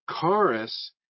Chorus